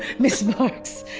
miss marks.